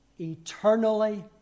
Eternally